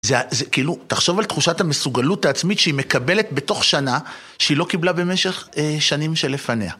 זה כאילו, תחשוב על תחושת המסוגלות העצמית שהיא מקבלת בתוך שנה שהיא לא קיבלה במשך שנים שלפניה.